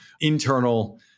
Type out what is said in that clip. internal